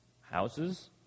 houses